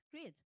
Great